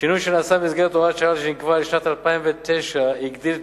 השינוי שנעשה במסגרת הוראת שעה ונקבע לשנת 2009 הגדיל את